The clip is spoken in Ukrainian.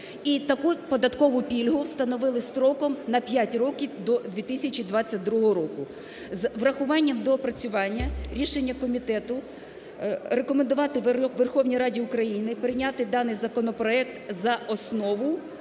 І таку податкову пільгу встановили строком на 5 років, до 2022 року. З урахуванням доопрацювання рішення комітету – рекомендувати Верховній Раді України прийняти даний законопроект за основу,